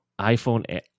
iPhone